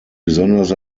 besonders